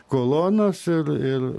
kolonos ir ir